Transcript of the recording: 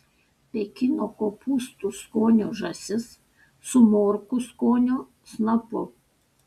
pekino kopūstų skonio žąsis su morkų skonio snapu